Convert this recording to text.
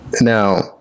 now